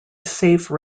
safe